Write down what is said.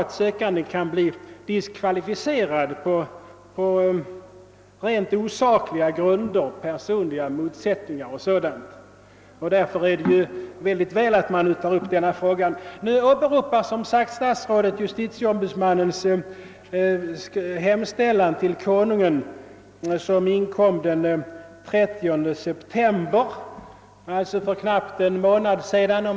En sökande kan också bli diskvalificerad på rent osakliga grunder, t.ex. på grund av personliga motsättningar, men saknar möjlighet att överklaga beslutet. Därför är det bra att denna fråga nu har tagits upp. Statsrådet fru Odhnoff åberopade som sagt här JO:s hemställan till Konungen, vilken inkom den 30 september, alltså för knappt en månad sedan.